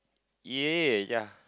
ya ya